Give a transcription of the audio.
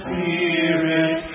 Spirit